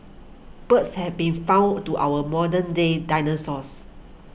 birds have been found to our modern day dinosaurs